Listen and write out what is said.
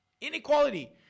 Inequality